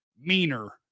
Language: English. meaner